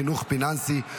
חינוך פיננסי),